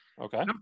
okay